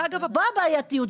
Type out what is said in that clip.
פה הבעייתיות.